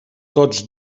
tots